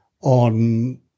on